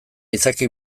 izaki